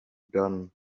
done